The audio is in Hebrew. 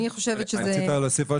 שאלה שנייה,